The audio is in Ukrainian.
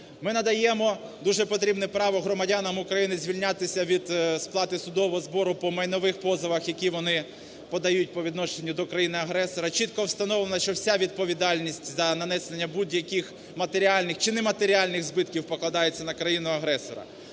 Ми надаємо дуже потрібне право громадянам України звільнятися від сплати судового збору по майнових позовах, які вони подають по відношенню до країна-агресора. Чітко встановлено, що вся відповідальність за нанесення будь-яких матеріальних чи нематеріальних збитків покладається на країну-агресора.